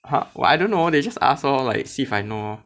ha what I don't know they just ask lor see if I know lor